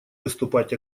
выступать